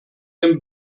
ein